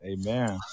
Amen